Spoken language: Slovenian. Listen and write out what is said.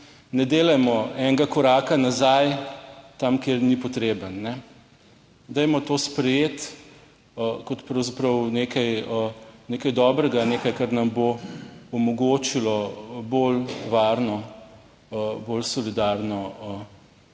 ne delajmo enega koraka nazaj, tam, kjer ni potreben. Dajmo to sprejeti kot pravzaprav nekaj, dobrega. Nekaj, kar nam bo omogočilo bolj varno, bolj solidarno